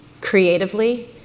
creatively